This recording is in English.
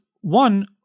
one